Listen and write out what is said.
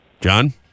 John